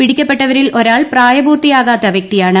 പിടിക്കപ്പെട്ടവരിൽ ഒരാൾ പ്രായപൂർത്തിയാകാത്ത വൃക്തിയാണ്